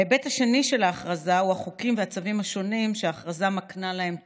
ההיבט השני של ההכרזה הוא החוקים והצווים השונים שההכרזה מקנה להם תוקף.